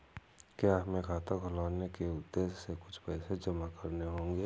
क्या हमें खाता खुलवाने के उद्देश्य से कुछ पैसे जमा करने होंगे?